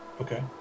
Okay